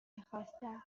میخواستم